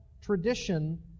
tradition